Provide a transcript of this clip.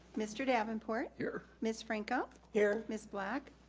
mr. davenport. here. miss franco. here. miss black,